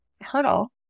hurdle